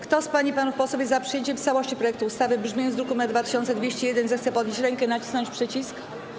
Kto z pań i panów posłów jest za przyjęciem w całości projektu ustawy w brzmieniu z druku nr 2201, zechce podnieść rękę i nacisnąć przycisk.